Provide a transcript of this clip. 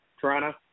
Toronto